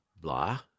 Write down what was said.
blah